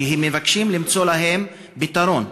הם מבקשים למצוא להם פתרון.